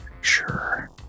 Sure